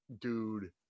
dude